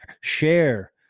share